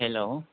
hello